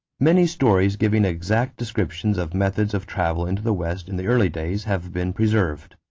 many stories giving exact descriptions of methods of travel into the west in the early days have been preserved.